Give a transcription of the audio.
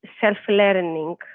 self-learning